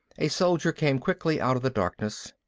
a soldier came quickly out of the darkness.